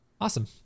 Awesome